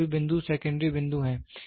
बाकी सभी बिंदु सेकेंड्री बिंदु हैं